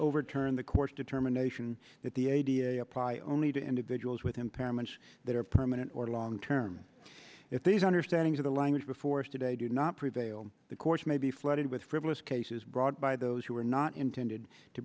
overturn the court's determination that the idea apply only to individuals with impairments that are permanent or long term if these understanding of the language before us today do not prevail the court may be flooded with frivolous cases brought by those who were not intended to